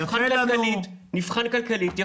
נבחן כלכלית,